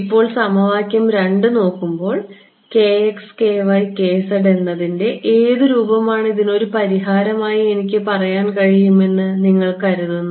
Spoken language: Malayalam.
ഇപ്പോൾ സമവാക്യം 2 നോക്കുമ്പോൾ എന്നതിൻറെ ഏത് രൂപമാണ് ഇതിനൊരു പരിഹാരമായി എനിക്ക് പറയാൻ കഴിയുമെന്ന് നിങ്ങൾ കരുതുന്നത്